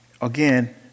Again